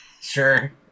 sure